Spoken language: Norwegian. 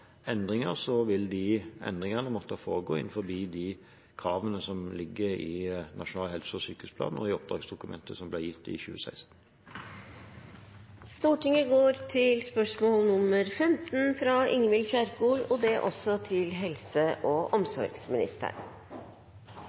vil de endringene måtte foregå innenfor de kravene som ligger i Nasjonal helse- og sykehusplan og i oppdragsdokumentet som ble gitt i 2016. «Helse- og omsorgstjenesten står foran en stor digitalisering og